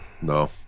no